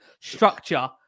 structure